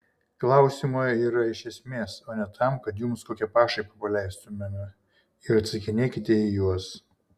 klausimai yra iš esmės o ne tam kad jums kokią pašaipą paleistumėme ir atsakinėkite į juos